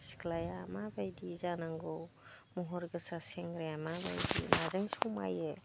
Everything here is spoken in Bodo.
सिख्लाया माबायदि जानांगौ महर गोसा सेंग्राया माबायदि माजों समायो